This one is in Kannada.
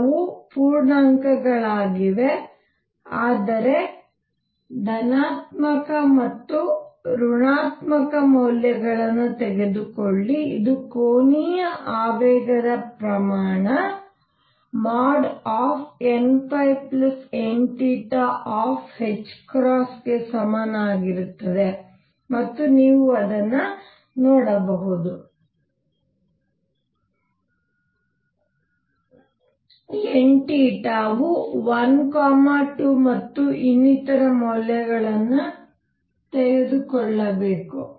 ಅವು ಪೂರ್ಣಾಂಕಗಳಾಗಿವೆ ಆದರೆ ಧನಾತ್ಮಕ ಮತ್ತು ಋಣಾತ್ಮಕ ಮೌಲ್ಯಗಳನ್ನು ತೆಗೆದುಕೊಳ್ಳಿ ಇದು ಕೋನೀಯ ಆವೇಗದ ಪ್ರಮಾಣ nn ಗೆ ಸಮನಾಗಿರುತ್ತದೆ ಮತ್ತು ನೀವು ಅದನ್ನು ನೋಡಬಹುದು nವು 1 2 ಮತ್ತು ಇನ್ನಿತರ ಮೌಲ್ಯಗಳನ್ನು ತೆಗೆದುಕೊಳ್ಳಬೇಕು